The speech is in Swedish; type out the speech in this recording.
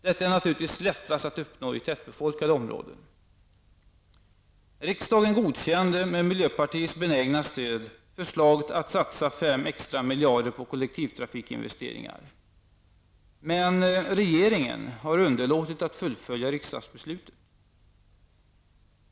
Detta är naturligtvis lättast att uppnå i tättbefolkade områden. Riksdagen godkände, med miljöpartiets benägna stöd, förslaget att satsa fem extra miljarder på kollektivtrafikinvesteringar. Men regeringen har underlåtit att fullfölja riksdagsbeslutet.